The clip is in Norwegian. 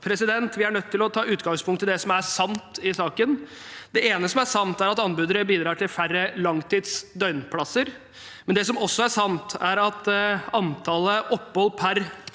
har i dag. Vi er nødt til å ta utgangspunkt i det som er sant i saken. Det ene som er sant, er at anbydere bidrar til færre langtids døgnplasser. Det som også er sant, er at antallet opphold per